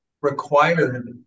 required